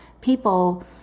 people